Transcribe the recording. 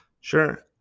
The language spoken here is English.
Sure